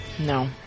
No